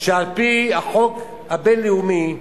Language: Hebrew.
כי על-פי החוק הבין-לאומי,